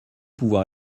pouvoir